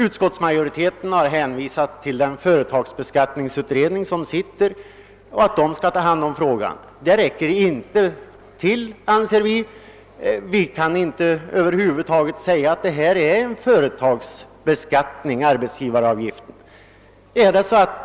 Utskottsmajoriteten har hänvisat till att den pågående företagsbeskattningsutredningen skall ta upp denna fråga. Vi anser inte att detta är till fyllest. Vi kan över huvud taget inte säga att arbetsgivaravgiften är en företagsskatt.